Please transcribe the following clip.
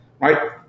right